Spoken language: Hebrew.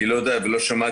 אני לא יודע ולא שמעתי,